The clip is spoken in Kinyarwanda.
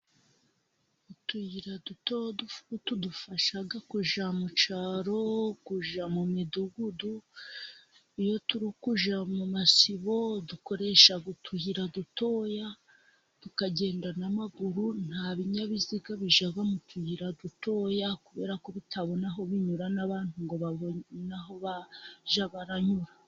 Utuyira dutoduto tudufasha kujya mucyaro, mu midugudu iyo turi kujya mu masibo, dukoresha utuyira dutoya, tukagenda n' amaguru, nta binyabiziga bijya mu tuyira dutoya, kubera ko bitabona aho binyura n' abantu ngo babone aho bajya baranyura.